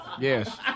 Yes